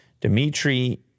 Dmitry